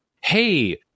hey